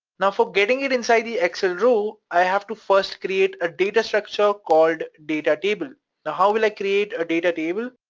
now, for getting it inside the excel row, i have to first create a data structure called data table. now how will i create a data table?